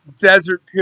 desert